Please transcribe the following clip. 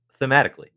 thematically